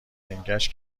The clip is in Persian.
لنگش